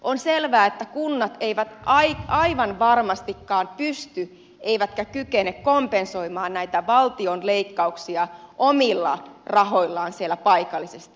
on selvää että kunnat eivät aivan varmasti pysty eivätkä kykene kompensoimaan näitä valtion leikkauksia omilla rahoillaan siellä paikallisesti